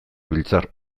biltzar